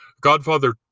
Godfather